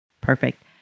Perfect